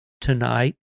tonight